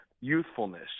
youthfulness